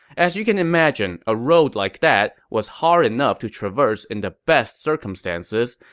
as you can imagine, a road like that was hard enough to traverse in the best circumstances,